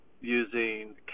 using